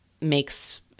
makes